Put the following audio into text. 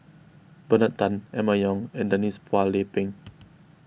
Bernard Tan Emma Yong and Denise Phua Lay Peng